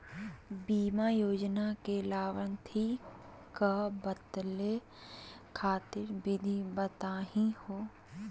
बीमा योजना के लाभार्थी क बदले खातिर विधि बताही हो?